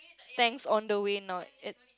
thanks on the way not it